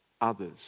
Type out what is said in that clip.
others